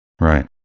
Right